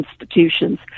institutions